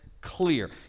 clear